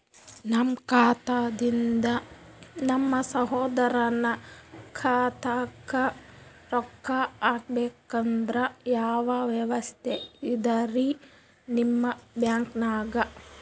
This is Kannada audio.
ನಮ್ಮ ಖಾತಾದಿಂದ ನಮ್ಮ ಸಹೋದರನ ಖಾತಾಕ್ಕಾ ರೊಕ್ಕಾ ಹಾಕ್ಬೇಕಂದ್ರ ಯಾವ ವ್ಯವಸ್ಥೆ ಇದರೀ ನಿಮ್ಮ ಬ್ಯಾಂಕ್ನಾಗ?